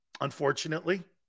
Unfortunately